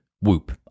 Whoop